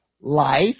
life